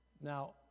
Now